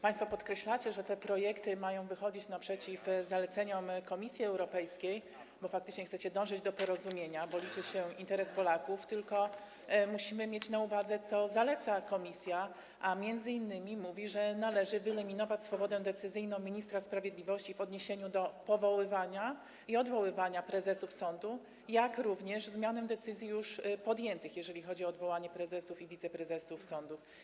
Państwo podkreślacie, że te projekty mają wychodzić naprzeciw zaleceniom Komisji Europejskiej, bo faktycznie chcecie dążyć do porozumienia, bo liczy się interes Polaków, tylko musimy mieć na uwadze, co zaleca komisja, a m.in. mówi ona, że należy wyeliminować swobodę decyzyjną ministra sprawiedliwości w odniesieniu do powoływania i odwoływania prezesów sądów, jak również zmienić decyzje już podjęte, jeżeli chodzi o odwołanie prezesów i wiceprezesów sądów.